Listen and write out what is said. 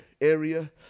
area